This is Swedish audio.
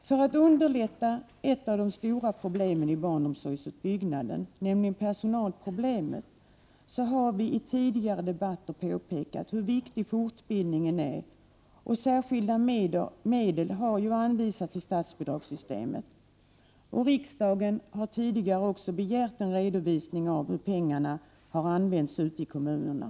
För att underlätta ett av de stora problemen i barnomsorgsutbyggnaden, nämligen personalproblemet, har vi i tidigare debatter påpekat hur viktig fortbildningen är. Särskilda medel har också anvisats i statsbidragssystemet. Riksdagen har tidigare också begärt en redovisning av hur pengarna har använts i kommunerna.